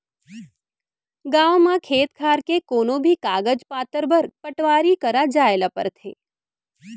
गॉंव म खेत खार के कोनों भी कागज पातर बर पटवारी करा जाए ल परथे